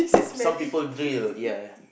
some people drill ya ya